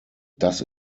das